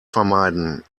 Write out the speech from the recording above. vermeiden